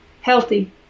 healthy